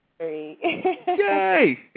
Yay